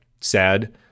sad